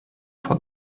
for